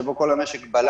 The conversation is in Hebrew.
שבו חלק ניכר מהמשק בלם,